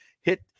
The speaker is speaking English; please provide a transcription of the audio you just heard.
hit